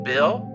Bill